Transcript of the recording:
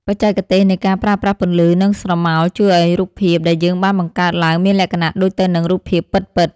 បច្ចេកទេសនៃការប្រើប្រាស់ពន្លឺនិងស្រមោលជួយធ្វើឱ្យរូបភាពដែលយើងបានបង្កើតឡើងមានលក្ខណៈដូចទៅនឹងរូបភាពពិតៗ។